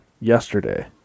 yesterday